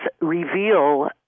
reveal